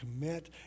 commit